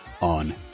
on